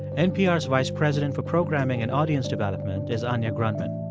npr's vice president for programming and audience development is anya grundmann